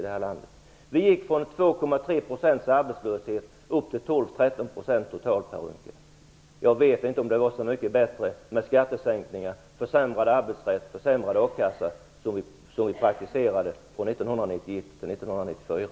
Arbetslösheten ökade från 2,3 till 12 à 13 %. Jag vet inte om det var så mycket bättre med de skattesänkningar, den försämrade arbetsrätt och den försämrade a-kassa som genomfördes under åren 1991-1994.